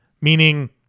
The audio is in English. meaning